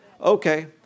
Okay